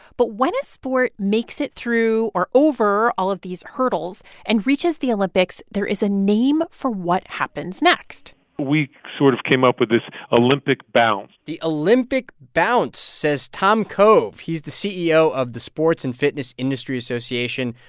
but when a sport makes it through or over all of these hurdles and reaches the olympics, there is a name for what happens next we sort of came up with this olympic bounce the olympic bounce, says tom cove. he's the ceo of the sports and fitness industry association,